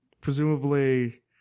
presumably